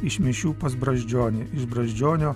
iš mišių pas brazdžionį iš brazdžionio